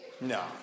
No